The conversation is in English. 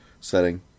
setting